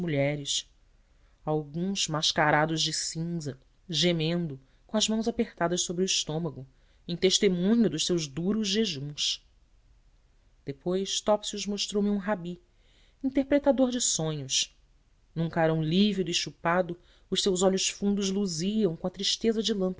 mulheres alguns mascarados de cinza gemendo com as mãos apertadas sobre o estômago em testemunho dos seus duros jejuns depois topsius mostrou-me um rabi interpretador de sonhos num carão lívido e chupado os seus olhos fundos luziam com a tristeza de